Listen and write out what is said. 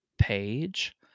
page